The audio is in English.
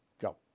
Go